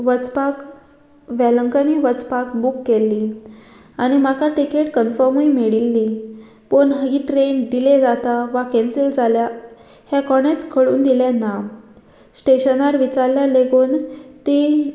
वचपाक वॅलंकनी वचपाक बूक केल्ली आनी म्हाका टिकेट कन्फर्मूय मेळिल्ली पूण ही ट्रेन डिले जाता वा कॅन्सील जाल्या हे कोणेच कळून दिले ना स्टेशनार विचारल्या लेगून ती